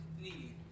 need